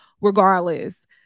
regardless